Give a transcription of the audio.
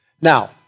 now